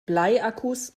bleiakkus